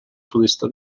podestà